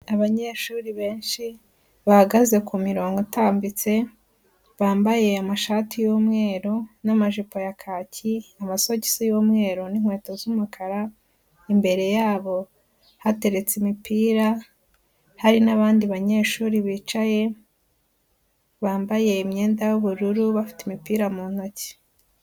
Abanyeshuri benshi bahagaze ku mirongo utambitse, bambaye amashati y'umweru n'amajipo ya kacyi, amasogisi y'umweru n'inkweto z'umukara, imbere yabo hateretse imipira, hari n'abandi banyeshuri bicaye, bambaye imyenda y'ubururu bafite imipira mu ntoki.